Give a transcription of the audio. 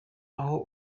aho